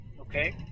okay